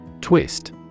Twist